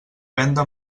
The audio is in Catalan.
venda